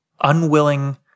unwilling